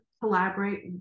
collaborate